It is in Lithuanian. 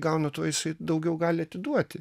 gauna tuo jisai daugiau gali atiduoti